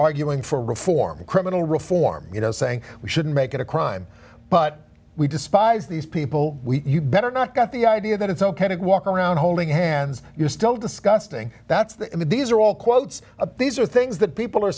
arguing for reform criminal reform you know saying we shouldn't make it a crime but we despise these people you better not got the idea that it's ok to walk around holding hands you're still disgusting that's the i mean these are all quotes of these are things that people are